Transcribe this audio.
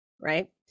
Right